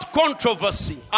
controversy